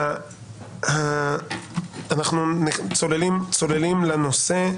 אנחנו צוללים לנושא.